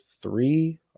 three